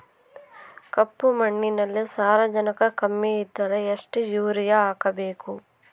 ಕಪ್ಪು ಮಣ್ಣಿನಲ್ಲಿ ಸಾರಜನಕ ಕಮ್ಮಿ ಇದ್ದರೆ ಎಷ್ಟು ಯೂರಿಯಾ ಹಾಕಬೇಕು?